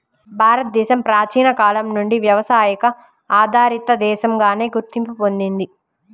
భారతదేశం ప్రాచీన కాలం నుంచి వ్యవసాయ ఆధారిత దేశంగానే గుర్తింపు పొందింది